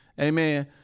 Amen